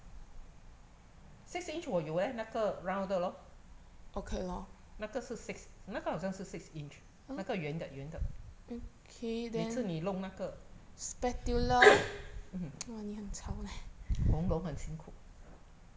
six inch 我有 eh 那个 round 的 lor 那个是 six 那个好像是 six inch 那个圆的圆的每次你弄那个 喉咙很辛苦